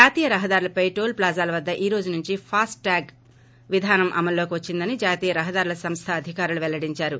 జాతీయ రహదారులపై టోల్ ప్లాజాల వద్ద ఈ రోజు నుంచి ఫాస్ట్ ట్యాగ్ విధానం అమలులోకి వచ్చిందని జాతీయ రహదారుల సంస్ల ఎన్హెచ్ఏఐ అధికారులు పెల్లడిందారు